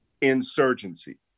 insurgency